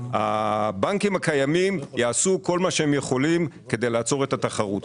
הבנקים הקיימים יעשו כל מה שהם יכולים כדי לעצור את התחרות.